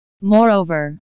Moreover